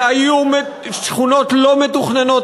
היו שכונות לא מתוכננות.